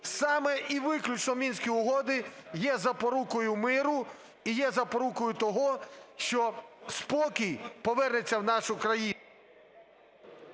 Саме і виключно Мінські угоди є запорукою миру і є запорукою того, що спокій повернеться в нашу країну.